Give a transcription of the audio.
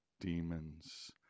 demons